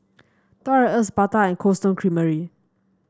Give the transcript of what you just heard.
Toys R Us Bata and Cold Stone Creamery